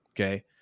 Okay